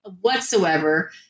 Whatsoever